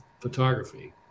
photography